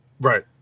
right